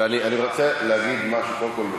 אני רוצה להגיד משהו: קודם כול,